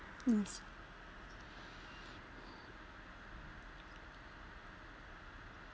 means